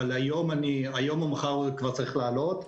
אבל היום או מחר הוא צריך לעלות.